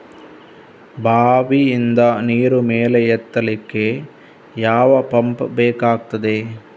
ಬಾವಿಯಿಂದ ನೀರು ಮೇಲೆ ಎತ್ತಲಿಕ್ಕೆ ಯಾವ ಪಂಪ್ ಬೇಕಗ್ತಾದೆ?